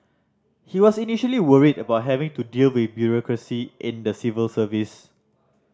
he was initially worried about having to deal with bureaucracy in the civil service